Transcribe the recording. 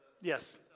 yes